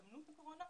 הזדמנות הקורונה,